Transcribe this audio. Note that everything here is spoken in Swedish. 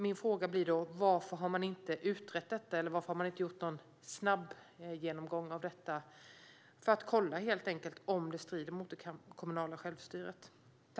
Varför har regeringen inte utrett detta eller gjort någon snabbgenomgång för att kolla om det strider mot det kommunala självstyret?